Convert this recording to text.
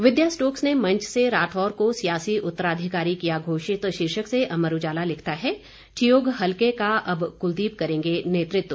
विद्या Stokes ने मंच से राठौर को सियासी उत्तराधिकारी किया घोषित शीर्षक से अमर उजाला लिखता है ठियोग हलके का अब कुलदीप करेंगे नेतृत्व